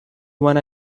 when